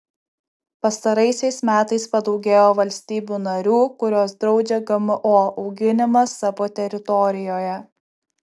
pastaraisiais metais padaugėjo valstybių narių kurios draudžia gmo auginimą savo teritorijoje